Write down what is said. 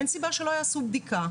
אין סיבה שלא יעשו בדיקה,